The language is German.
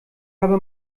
habe